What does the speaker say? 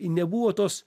nebuvo tos